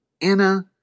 Anna